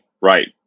Right